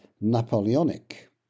Napoleonic